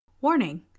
Warning